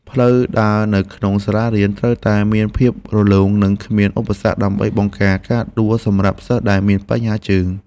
ផ្លូវដើរនៅក្នុងសាលារៀនត្រូវតែមានភាពរលោងនិងគ្មានឧបសគ្គ ដើម្បីបង្ការការដួលសម្រាប់សិស្សដែលមានបញ្ហាជើង។